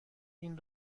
این